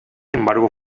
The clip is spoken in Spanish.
embargo